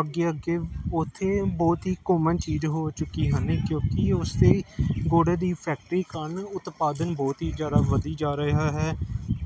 ਅੱਗੇ ਅੱਗੇ ਉੱਥੇ ਬਹੁਤ ਹੀ ਕੋਮਨ ਚੀਜ਼ ਹੋ ਚੁੱਕੀ ਹਨ ਕਿਉਂਕਿ ਉਸ 'ਤੇ ਗੁੜ ਦੀ ਫੈਕਟਰੀ ਕਾਰਨ ਉਤਪਾਦਨ ਬਹੁਤ ਹੀ ਜ਼ਿਆਦਾ ਵਧੀ ਜਾ ਰਿਹਾ ਹੈ